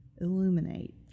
illuminate